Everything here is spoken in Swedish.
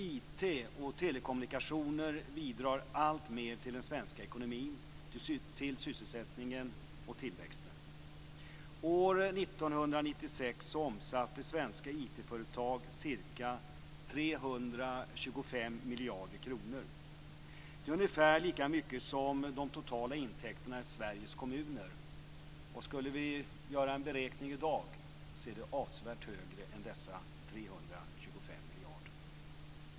IT och telekommunikationer bidrar alltmer till den svenska ekonomin, till sysselsättningen och tillväxten. År 1996 omsatte svenska IT-företag ca 325 miljarder kronor. Det är ungefär lika mycket som de totala intäkterna i Sveriges kommuner. Skulle vi göra en beräkning i dag skulle vi se att det är avsevärt högre än dessa 325 miljarder.